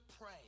pray